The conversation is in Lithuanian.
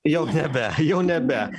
jau nebe jau nebe